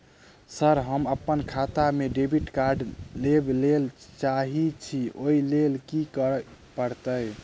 Sir हम अप्पन खाता मे डेबिट कार्ड लेबलेल चाहे छी ओई लेल की परतै?